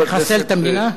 הוא מחסל את המדינה?